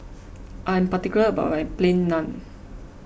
I about Plain Naan